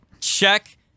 Check